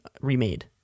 remade